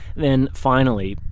then, finally,